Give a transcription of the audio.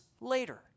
later